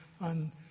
on